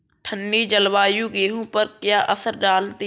ठंडी जलवायु गेहूँ पर क्या असर डालती है?